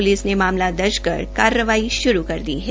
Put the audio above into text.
police ने मामला दर्ज कर कार्यवाही शुरू कर दी है